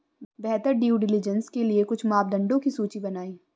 बेहतर due diligence के लिए कुछ मापदंडों की सूची बनाएं?